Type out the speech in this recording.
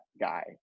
guy